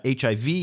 HIV